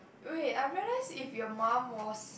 wait I realize if your mum was